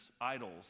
idols